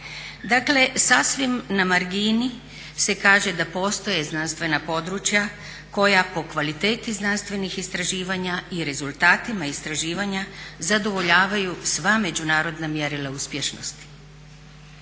Dakle sasvim na margini se kaže da postoje znanstvena područja koja po kvaliteti znanstvenih istraživanja i rezultatima istraživanja zadovoljavaju sva međunarodna mjerila uspješnosti.